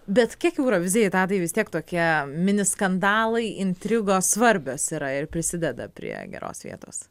bet kiek eurovizijai tadai vis tiek tokie mini skandalai intrigos svarbios yra ir prisideda prie geros vietos